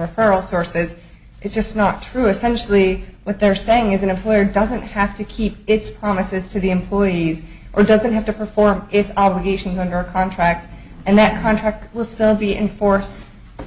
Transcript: referral sources it's just not true essentially what they're saying is an employer doesn't have to keep its promises to the employees or doesn't have to perform its obligations under contract and that contract will still be enforced